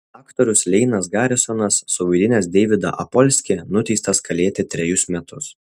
aktorius leinas garisonas suvaidinęs deividą apolskį nuteistas kalėti trejus metus